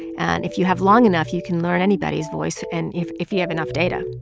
and if you have long enough, you can learn anybody's voice. and if if you have enough data